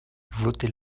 votez